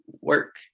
work